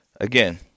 Again